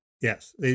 Yes